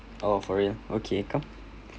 oh for real okay come